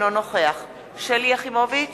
אינו נוכח שלי יחימוביץ,